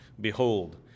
behold